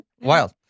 Wild